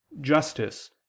justice